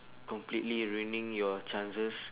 completely ruining your chances